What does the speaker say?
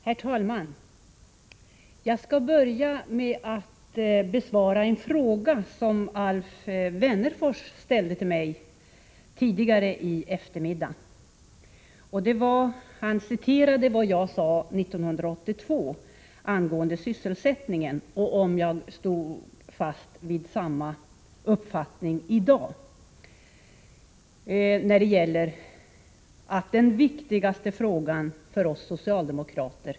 Herr talman! Jag skall börja med att besvara en fråga som Alf Wennerfors ställde till mig tidigare i eftermiddags. Han citerade vad jag sade 1982 angående sysselsättningen och frågade om jag står fast vid samma uppfattning i dag, nämligen att sysselsättningen är den viktigaste frågan för oss socialdemokrater.